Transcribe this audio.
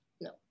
No